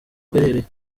aherereye